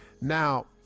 now